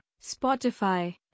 Spotify